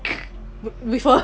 with a